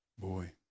Boy